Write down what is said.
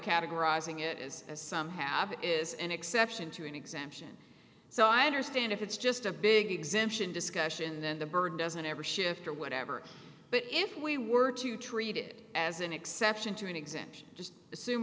categorizing it is as some have it is an exception to an exemption so i understand if it's just a big exemption discussion then the burden doesn't ever shift or whatever but if we were to treat it as an exception to